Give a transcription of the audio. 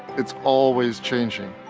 it's always changing,